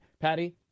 Patty